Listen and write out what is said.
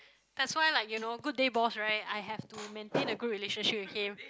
that's why lah you know good day boss right I have to maintain a good relationship with him